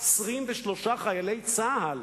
23 חיילי צה"ל.